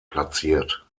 platziert